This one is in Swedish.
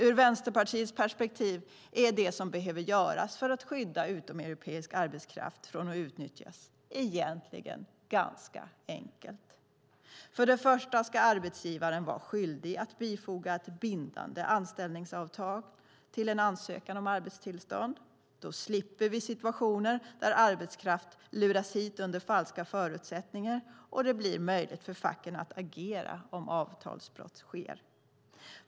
Ur Vänsterpartiets perspektiv är det som behöver göras för att skydda utomeuropeisk arbetskraft från att utnyttjas egentligen ganska enkelt. För det första ska arbetsgivaren vara skyldig att bifoga ett bindande anställningsavtal till en ansökan om arbetstillstånd. Då slipper vi situationer där arbetskraft luras hit under falska förutsättningar, och det blir möjligt för facken att agera om avtalsbrott sker.